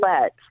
let